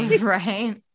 right